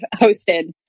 hosted